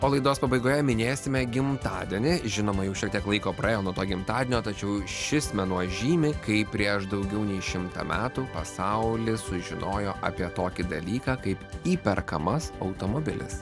o laidos pabaigoje minėsime gimtadienį žinoma jau šitiek laiko praėjo nuo to gimtadienio tačiau šis mėnuo žymi kai prieš daugiau nei šimtą metų pasauli sužinojo apie tokį dalyką kaip įperkamas automobilis